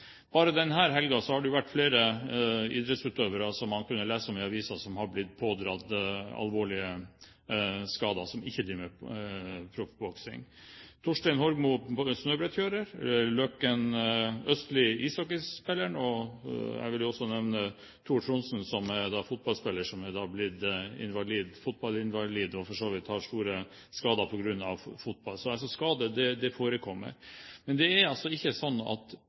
Bare denne helgen har man kunnet lese i avisen om flere idrettsutøvere som har pådratt seg alvorlige skader, og som ikke driver med proffboksing – Torstein Horgmo, snøbrettkjører, og Lars Løkken Østli, ishockeyspiller. Jeg vil også nevne Tor Trondsen, som er fotballspiller, og som er blitt fotballinvalid og har for så vidt store skader på grunn av fotballspilling. Så skader forekommer. Men det er altså ikke slik at